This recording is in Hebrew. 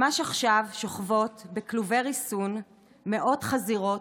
ממש עכשיו שוכבות בכלובי ריסון מאות חזירות,